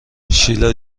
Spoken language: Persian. شیلا